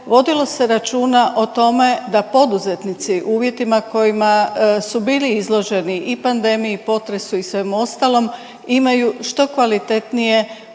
vodilo se računa o tome da poduzetnici u uvjetima kojima su bili izloženi i pandemiji i potresu i svemu ostalom, imaju što kvalitetnije